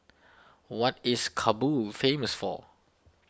what is Kabul famous for